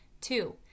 Two